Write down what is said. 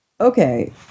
Okay